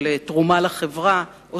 של תרומה לחברה.